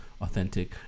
authentic